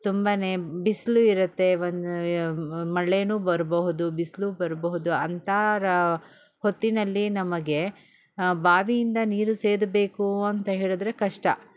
ತುಂಬಾ ಬಿಸಿಲು ಇರುತ್ತೆ ಮಳೇನು ಬರಬಹುದು ಬಿಸಿಲು ಬರಬಹುದು ಅಂತ ರ ಹೊತ್ತಿನಲ್ಲಿ ನಮಗೆ ಬಾವಿಯಿಂದ ನೀರು ಸೇದ್ಬೇಕು ಅಂತ ಹೇಳಿದ್ರೆ ಕಷ್ಟ